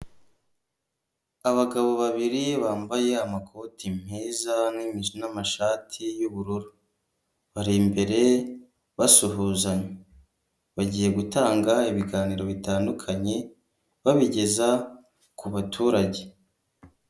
Abagabo babiri bambaye amakoti meza n'amashati y'ubururu bari imbere basuhuzanya, bagiye gutanga ibiganiro bitandukanye babigeza ku baturage.